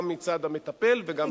גם מצד המטפל וגם מצד המטופל.